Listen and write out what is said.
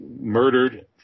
murdered